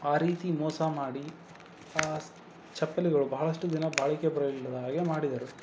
ಆ ರೀತಿ ಮೋಸ ಮಾಡಿ ಚಪ್ಪಲಿಗಳು ಬಹಳಷ್ಟು ದಿನ ಬಾಳಿಕೆ ಬರಲಿಲ್ಲದ ಹಾಗೆ ಮಾಡಿದರು